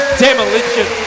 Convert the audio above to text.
demolition